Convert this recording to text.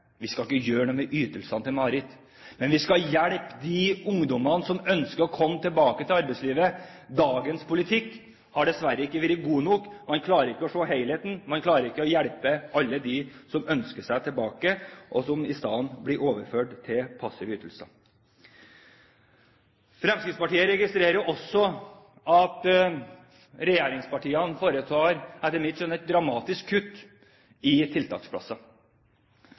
Vi skal ikke gjøre noe med ytelsene til Marit, men vi skal hjelpe de ungdommene som ønsker å komme tilbake til arbeidslivet. Dagens politikk har dessverre ikke vært god nok. Man klarer ikke å se helheten, man klarer ikke å hjelpe alle dem som ønsker seg tilbake, som i stedet blir overført til passive ytelser. Fremskrittspartiet registrerer også at regjeringspartiene foretar et dramatisk kutt i tiltaksplasser.